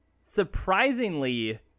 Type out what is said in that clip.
Surprisingly